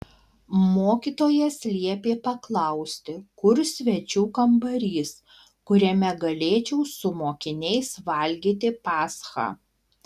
mokytojas liepė paklausti kur svečių kambarys kuriame galėčiau su mokiniais valgyti paschą